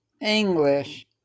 English